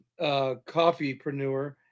coffeepreneur